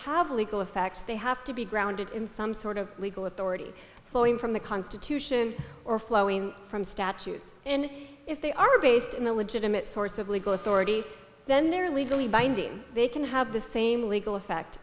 have a legal effect they have to be grounded in some sort of legal authority flowing from the constitution or flowing from statutes and if they are based in a legitimate source of legal authority then they're legally binding they can have the same legal effect